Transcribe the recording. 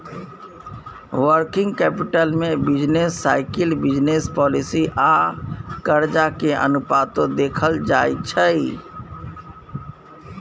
working capital में business cycle, business policy आ कर्जा के अनुपातो देखल जाइ छइ